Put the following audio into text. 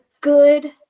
good